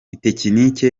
itekinika